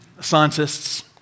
scientists